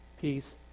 peace